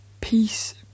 Peace